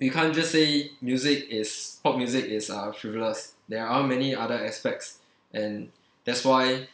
we can't just say music is pop music is uh frivolous there are many other aspects and that's why